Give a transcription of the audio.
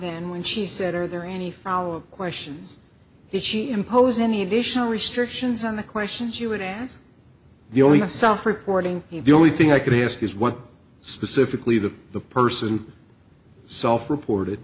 then when she said are there any follow up questions is she impose any additional restrictions on the questions you would ask the only myself reporting the only thing i could ask is what specifically the the person self reported